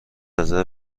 رزرو